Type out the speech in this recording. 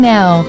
Now